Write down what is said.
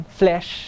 flesh